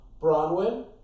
Bronwyn